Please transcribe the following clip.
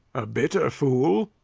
a bitter fool!